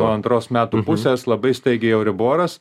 nuo antros metų pusės labai staigiai euriboras